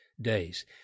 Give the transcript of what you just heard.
days